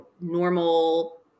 normal